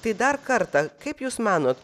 tai dar kartą kaip jūs manot